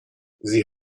sie